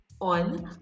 on